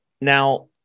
Now